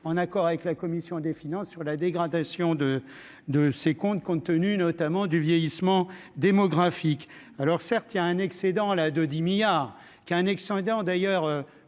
en accord avec la commission des finances sur la dégradation de de ses comptes, compte tenu notamment du vieillissement démographique, alors certes, il y a un excédent la de 10 milliards qu'a un excédent d'ailleurs